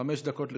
חמש דקות לרשותך.